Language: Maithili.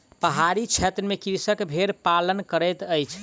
पहाड़ी क्षेत्र में कृषक भेड़ पालन करैत अछि